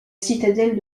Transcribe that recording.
citadelle